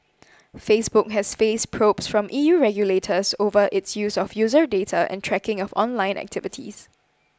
Facebook has faced probes from E U regulators over its use of user data and tracking of online activities